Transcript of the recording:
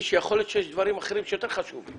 יכול להיות שיש דברים אחרים שיותר חשובים.